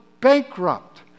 bankrupt